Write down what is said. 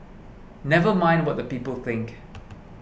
never mind what the people think